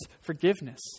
forgiveness